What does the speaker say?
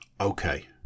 okay